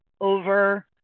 over